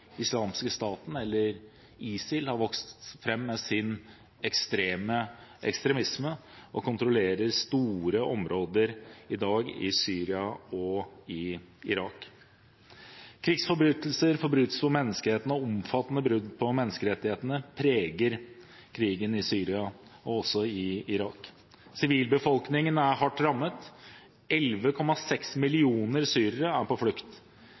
islamske staten, eller ISIL, har vokst fram med sin ekstreme ekstremisme, og kontrollerer store områder i dag i Syria og i Irak. Krigsforbrytelser, forbrytelser mot menneskerettighetene og omfattende brudd på menneskerettighetene preger krigen i Syria og også i Irak. Sivilbefolkningen er hardt rammet. 11,6 millioner syrere er på flukt,